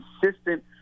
consistent